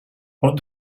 what